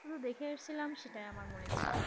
শুধু দেখে এসছিলাম সেটাই আমার মনে ছিলো